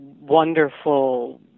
wonderful